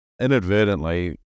inadvertently